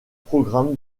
programme